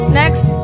next